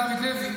בדוד לוי,